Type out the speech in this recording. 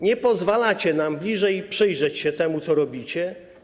Nie pozwalacie nam bliżej przyjrzeć się temu, co robicie.